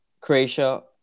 Croatia